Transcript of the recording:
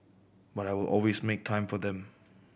but I will always make time for them